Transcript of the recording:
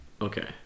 Okay